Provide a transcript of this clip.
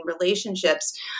relationships